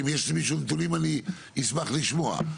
אם יש למישהו נתונים, אני אשמח לשמוע.